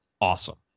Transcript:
awesome